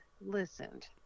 listened